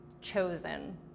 chosen